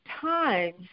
times